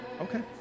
Okay